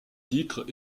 titres